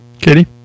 Katie